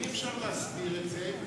אי-אפשר להסביר את זה כששר,